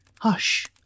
Hush